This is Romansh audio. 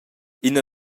ina